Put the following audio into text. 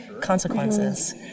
consequences